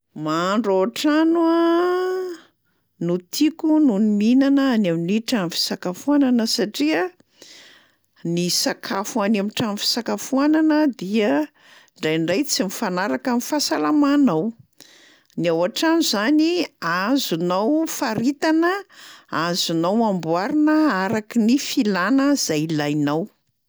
Mahandro ao an-trano a no tiako noho ny mihinana any amin'ny trano fisakafoanana satria ny sakafo any am'trano fisakafoanana dia ndraindray tsy mifanaraka am'fahasalamanao. Ny ao an-trano zany azonao faritana, azonao amboarina araky ny filàna zay ilainao.